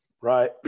right